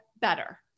better